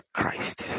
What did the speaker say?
Christ